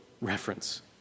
reference